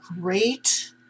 great